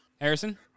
Harrison